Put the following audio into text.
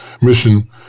mission